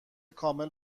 کامل